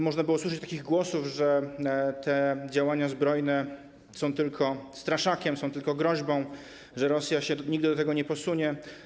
Można było usłyszeć wiele głosów, że te działania zbrojne są tylko straszakiem, są tylko groźbą, że Rosja się nigdy do tego nie posunie.